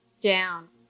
down